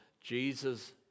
Jesus